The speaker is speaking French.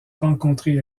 rencontrée